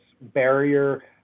barrier